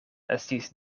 estis